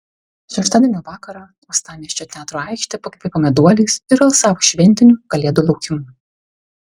šeštadienio vakarą uostamiesčio teatro aikštė pakvipo meduoliais ir alsavo šventiniu kalėdų laukimu